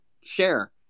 share